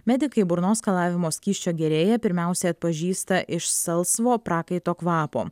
medikai burnos skalavimo skysčio gėrėją pirmiausia atpažįsta iš salsvo prakaito kvapo